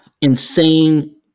insane